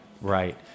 right